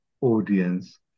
audience